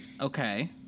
Okay